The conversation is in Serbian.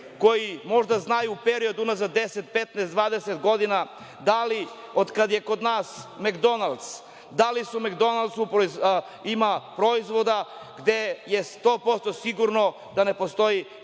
koje možda znaju period unazad 10, 15, 20 godina da li otkad je kod nas Mekdonalds, da li u Mekdonaldsu ima proizvoda gde je sto posto sigurno da ne postoji